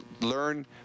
learn